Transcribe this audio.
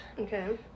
Okay